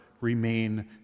remain